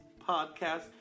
podcast